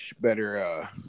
better